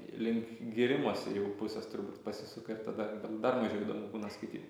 link gyrimosi jau pusės turbūt pasisuka ir tada dar mažiau įdomu būna skaityt